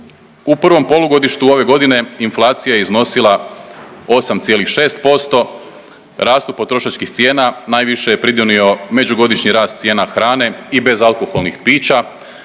U prvom polugodištu ove godine inflacija je iznosila 8,6%. Rastu potrošačkih cijene najviše je pridonio međugodišnji rast cijena hrane i bezalkoholnih pića